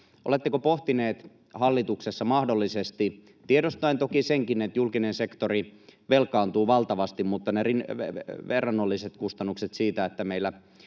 Oletteko pohtineet hallituksessa mahdollisesti — tiedostaen toki senkin, että julkinen sektori velkaantuu valtavasti, mutta verrannolliset kustannukset siitä, että meillä